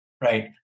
right